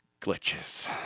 Glitches